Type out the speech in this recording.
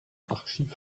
archive